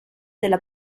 della